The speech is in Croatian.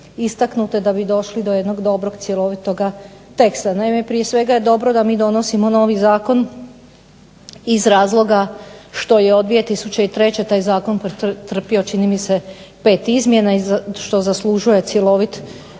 da bi došli do jednog dobrog cjelovitoga teksta. Naime prije svega je dobro da mi donosimo novi zakon iz razloga što je od 2003. taj zakon pretrpio čini mi se 5 izmjena, što zaslužuje cjelovit